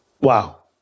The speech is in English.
Wow